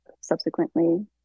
subsequently